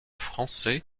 français